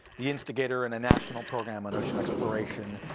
the instigator in a national program on ocean exploration,